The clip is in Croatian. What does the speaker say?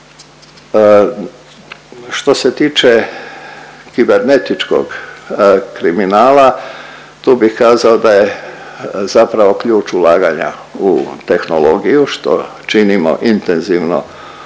Što se tiče kibernetičkog kriminala, tu bih kazao da je zapravo ključ ulaganja u tehnologiju što činimo intenzivno